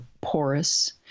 porous